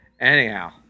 Anyhow